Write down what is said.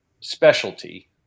specialty